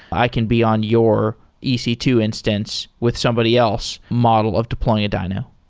i can be on your e c two instance with somebody else model of deploying a dyno?